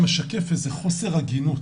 משקף איזה חוסר הגינות,